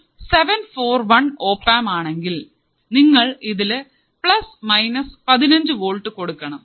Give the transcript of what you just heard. ഒരു 741 ഒപാമ്പ് ആണെങ്കിൽ നിങ്ങൾ ഇതിൽ പ്ലസ് മൈനസ് പതിനഞ്ചു വോൾട്ട് കൊടുക്കണം